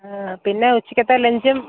പിന്നെ ഉച്ചക്കത്തെ ലഞ്ചും